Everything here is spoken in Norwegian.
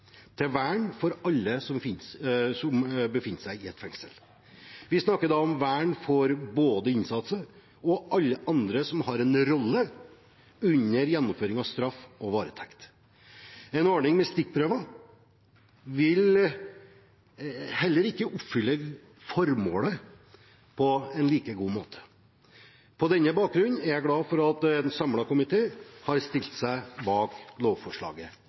til vern av alle som befinner seg i et fengsel. Vi snakker da om vern av både innsatte og alle andre som har en rolle under gjennomføring av straff og varetekt. En ordning med stikkprøver vil heller ikke oppfylle formålet på en like god måte. På denne bakgrunn er jeg glad for at en samlet komité har stilt seg bak lovforslaget.